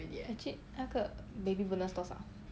actually 那个 baby bonus 多少 ah